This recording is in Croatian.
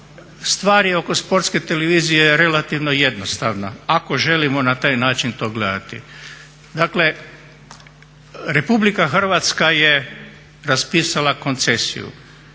Stvari oko Sportske TV je relativno jednostavna, ako želimo na taj način to gledati. Dakle, RH je raspisala koncesiju,